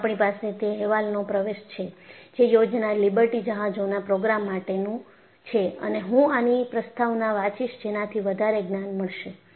અહિયાં આપણી પાસે તે અહેવાલનો પ્રવેશ છેજે યોજના લિબર્ટી જહાજો ના પ્રોગ્રામ માટેનું છે અને હું આની પ્રસ્તાવના વાંચીશ જેનાથી વધારે જ્ઞાન મળશે